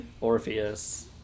Orpheus